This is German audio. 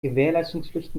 gewährleistungspflicht